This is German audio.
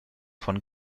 von